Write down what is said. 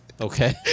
okay